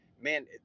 man